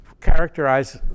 characterize